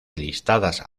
listadas